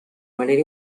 manera